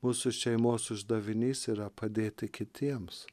mūsų šeimos uždavinys yra padėti kitiems